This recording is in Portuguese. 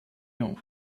john